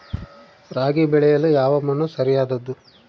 ರಾಗಿ ಬೆಳೆಯಲು ಯಾವ ಮಣ್ಣು ಸರಿಯಾದದ್ದು?